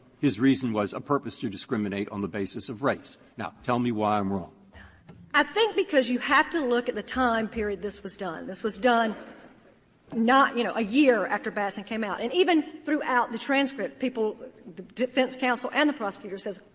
his reason was a purpose to discriminate on the basis of race. now, tell me why i'm wrong. burton i think because you have to look at the time period this was done. this was done not you know, a year after batson came out. and even throughout the transcript, people defense counsel and the prosecutor says,